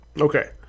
Okay